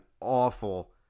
awful